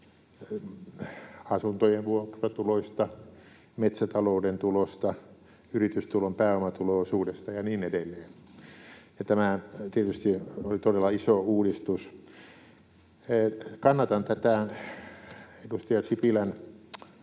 asuntojen vuokratuloista, metsätalouden tulosta, yritystulon pääomatulo-osuudesta ja niin edelleen. Tämä tietysti oli todella iso uudistus. Kannatan tätä edustaja Sipilän